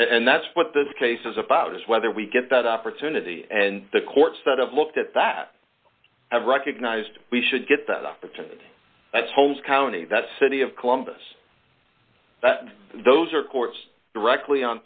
and that's what this case is about is whether we get that opportunity and the courts that have looked at that have recognized we should get that opportunity as holmes county that city of columbus those are courts directly on